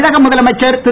தமிழக முதலமைச்சர் திரு